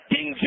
King